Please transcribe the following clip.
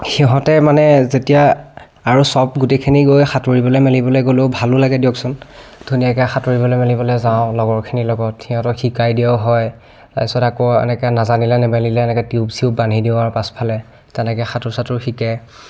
সিহঁতে মানে যেতিয়া আৰু চব গোটেইখিনি গৈ সাঁতুৰিবলৈ মেলিবলৈ গ'লেও ভালো লাগে দিয়কচোন ধুনীয়াকৈ সাঁতুৰিবলৈ মেলিবলৈ যাওঁ লগৰখিনিৰ লগত সিহঁতক শিকাই দিয়াও হয় তাৰপাছত আকৌ এনেকৈ নাজানিলে নেমেলিলে এনেকৈ টিউব চিউব বান্ধি দিওঁ পাছফালে তেনেকৈ সাঁতোৰ চাতোৰ শিকে